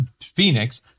Phoenix